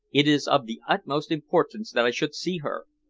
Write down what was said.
it is of the utmost importance that i should see her.